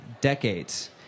decades